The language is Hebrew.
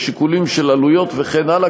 משיקולים של עלויות וכן הלאה,